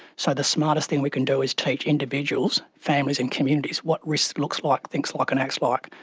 so the smartest thing we can do is teach individuals, families and communities what risk looks like, thinks like and acts but like,